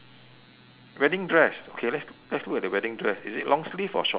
wedding dress okay let's let's look at the wedding dress is it long sleeve or short sleeve